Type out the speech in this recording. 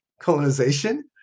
colonization